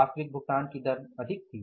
वास्तविक भुगतान की दर अधिक था